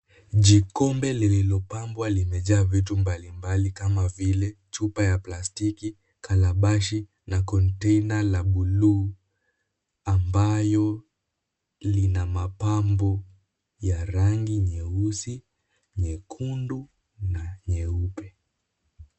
Jikombe lililopambwa limejaa vitu mbalimbali kama vile chupa ya plastiki, kalabashi na container la blue ambayo ina mapambo ya rangi nyeusi, nyekundu na nyeupe.